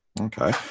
Okay